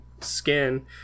skin